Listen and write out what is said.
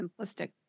simplistic